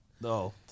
No